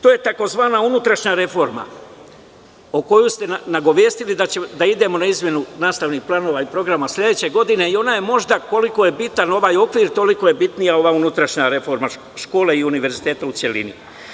To je tzv. unutrašnja reforma koju ste nagovestili da idemo na izmenu nastavnih planova i programa sledeće godine i ona je možda, koliko je bitan i ovaj okvir, toliko je bitnija ova unutrašnja reforma škole i univerziteta u celini.